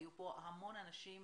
היו כאן המון אנשים